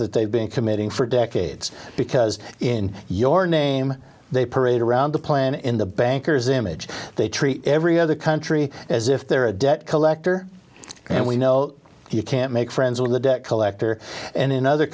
that they've been committing for decades because in your name they parade around the plan in the bankers image they treat every other country as if they're a debt collector and we know you can't make friends with the debt collector and in other